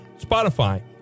Spotify